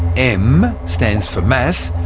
m stands for mass,